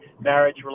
marriage